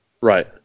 Right